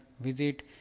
visit